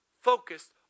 focused